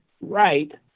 right